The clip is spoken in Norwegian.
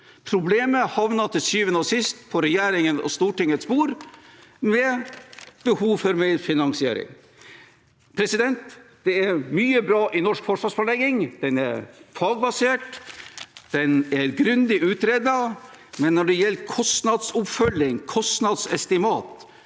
Problemet havner til syvende og sist på regjeringens og Stortingets bord, med behov for mer finansiering. Det er mye bra i norsk forsvarsplanlegging, den er fagbasert, og den er grundig utredet, men når det gjelder kostnadsoppfølging/kostnadsestimat,